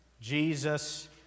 Jesus